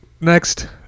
next